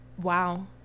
Wow